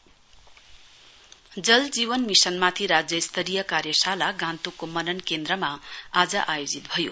जल जीवन मिशन जल जीवन मिशनमाथि राज्य स्तरीय कार्यशाला गान्तोकको मनन केन्द्रमा आज आयोजित भयो